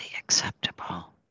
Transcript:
acceptable